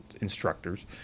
instructors